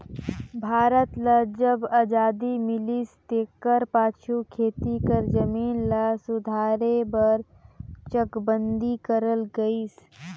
भारत ल जब अजादी मिलिस तेकर पाछू खेती कर जमीन ल सुधारे बर चकबंदी करल गइस